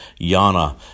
Yana